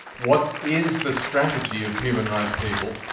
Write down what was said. what is the strategy of human rights people?